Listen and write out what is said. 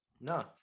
No